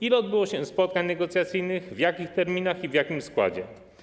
Ile odbyło się spotkań negocjacyjnych, w jakich terminach i w jakim składzie?